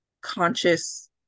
conscious